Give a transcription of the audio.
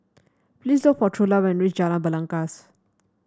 please look for Trula when reach Jalan Belangkas